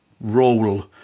role